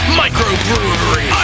microbrewery